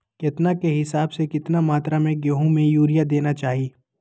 केतना के हिसाब से, कितना मात्रा में गेहूं में यूरिया देना चाही?